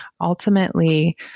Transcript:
ultimately